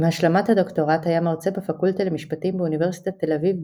עם השלמת הדוקטורט היה מרצה בפקולטה למשפטים באוניברסיטת תל אביב,